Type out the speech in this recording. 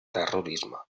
terrorisme